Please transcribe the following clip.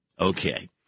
Okay